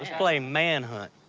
play man hunt.